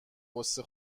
غصه